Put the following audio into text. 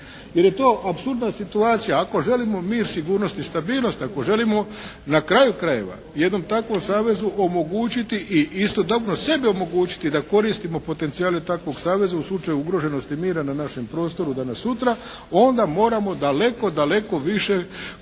Jer je to apsurdna situacija. Ako želimo mi sigurnost i stabilnost, ako želimo na kraju krajeva jednom takvom savezu omogućiti i istodobno sebi omogućiti da koristimo potencijale takvog saveza u slučaju ugroženosti mira na našem prostoru danas sutra, onda moramo daleko, daleko više komunicirati